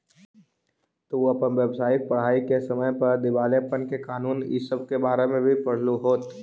तू अपन व्यावसायिक पढ़ाई के समय पर दिवालेपन के कानून इ सब के बारे में भी पढ़लहू होत